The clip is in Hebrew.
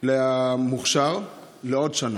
למוכש"ר בעוד שנה.